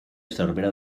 cervera